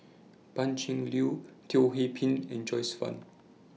Pan Cheng Lui Teo Ho Pin and Joyce fan